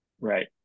right